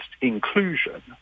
inclusion